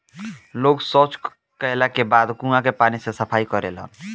लोग सॉच कैला के बाद कुओं के पानी से सफाई करेलन